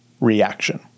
reaction